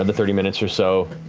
and thirty minutes or so,